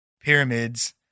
Pyramids